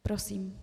Prosím.